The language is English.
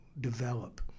develop